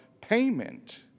payment